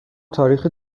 تاریخی